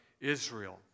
Israel